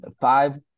five